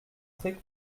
très